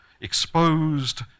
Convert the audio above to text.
exposed